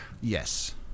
Yes